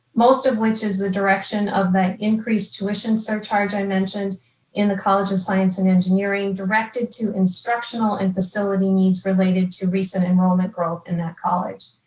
most of which is the direction of the increase tuition surcharge i mentioned in the college of science and engineering directed to instructional and facility needs related to recent enrollment growth in that college.